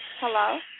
Hello